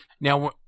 Now